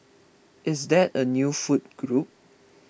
is that a new food group